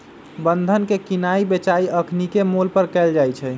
बन्धन के किनाइ बेचाई अखनीके मोल पर कएल जाइ छइ